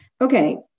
okay